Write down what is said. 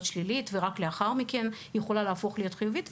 שלישית ורק לאחר מכן היא יכולה להפוך להיות חיובית,